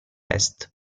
est